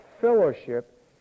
fellowship